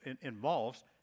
involves